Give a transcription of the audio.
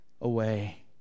away